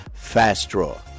FastDraw